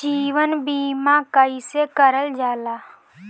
जीवन बीमा कईसे करल जाला?